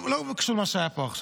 לא קשור למה שהיה פה עכשיו,